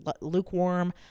lukewarm